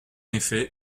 effet